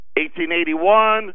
1881